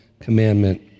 commandment